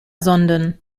sonden